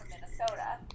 Minnesota